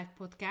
Podcast